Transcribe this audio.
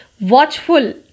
watchful